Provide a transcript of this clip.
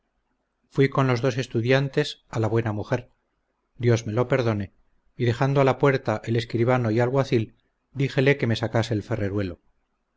fuí con los dos estudiantes a la buena mujer dios me lo perdone y dejando a la puerta el escribano y alguacil díjele que me sacase el